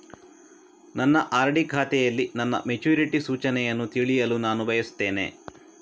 ನನ್ನ ಆರ್.ಡಿ ಖಾತೆಯಲ್ಲಿ ನನ್ನ ಮೆಚುರಿಟಿ ಸೂಚನೆಯನ್ನು ತಿಳಿಯಲು ನಾನು ಬಯಸ್ತೆನೆ